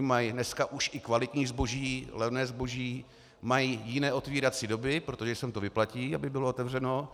Mají dneska už i kvalitní zboží, levné zboží, mají jiné otevírací doby, protože se jim to vyplatí, aby bylo otevřeno.